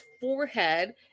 forehead